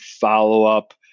follow-up